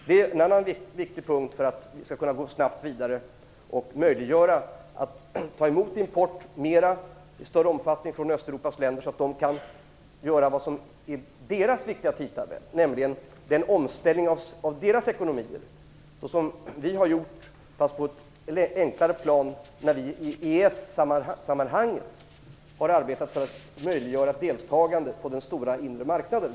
Det är en annan viktig punkt för att kunna gå snabbt vidare och göra det möjligt att i större omfattning importera från länder i Östeuropa, så att de kan göra vad som är viktigt i deras tidtabeller, nämligen en omställning av deras ekonomier. Detta är något vi har gjort på ett enklare plan, nämligen när vi i EES-sammanhang har arbetat för att möjliggöra ett deltagande i den stora inre marknaden.